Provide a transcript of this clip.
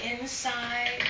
inside